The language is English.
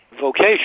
vocation